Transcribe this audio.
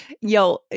yo